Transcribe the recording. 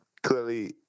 Clearly